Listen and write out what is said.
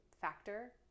factor